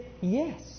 yes